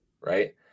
right